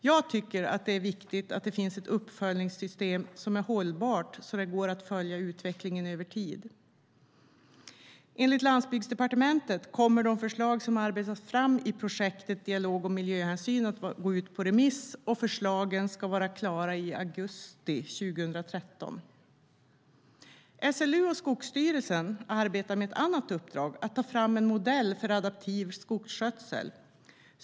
Jag tycker att det är viktigt att det finns ett uppföljningssystem som är hållbart, så att det går att följa utvecklingen över tid. Enligt Landsbygdsdepartementet kommer de förslag som arbetas fram i projektet Dialog om miljöhänsyn att gå ut på remiss, och förslagen ska vara klara i augusti 2013. SLU och Skogsstyrelsen arbetar med ett annat uppdrag, nämligen att ta fram en modell för adaptiv skogsskötsel.